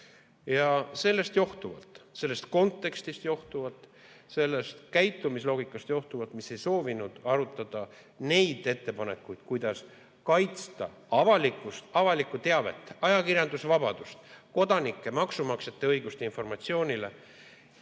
Sellest johtuvalt, sellest kontekstist johtuvalt, sellest käitumisloogikast johtuvalt, mis ei soovinud arutada neid ettepanekuid, kuidas kaitsta avalikkust, avalikku teavet, ajakirjandusvabadust, kodanike, maksumaksjate õigust informatsioonile,